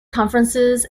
conferences